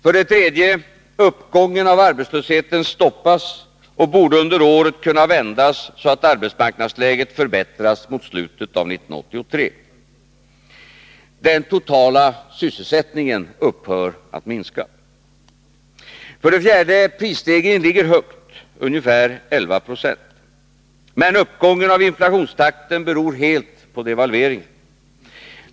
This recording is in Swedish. För det tredje stoppas uppgången av arbetslösheten, och den borde under året kunna vändas så att arbetsmarknadsläget förbättras mot slutet av 1983. Den totala sysselsättningen upphör att minska. För det fjärde ligger prisstegringen högt — ungefär vid 1196. Men uppgången av inflationstakten beror helt på devalveringen.